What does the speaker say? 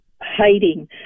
hiding